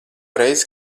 reizi